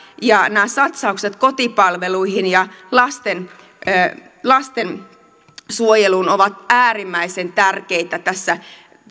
ja nämä satsaukset kotipalveluihin ja lastensuojeluun ovat äärimmäisen tärkeitä tässä